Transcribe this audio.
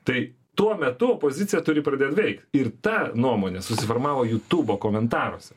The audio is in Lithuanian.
tai tuo metu opozicija turi pradėt veikt ir ta nuomonė susiformavo jutūbo komentaruose